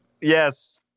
Yes